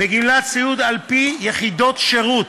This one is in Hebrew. לגמלת סיעוד על-פי יחידות שירות,